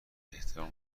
احترام